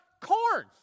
Corn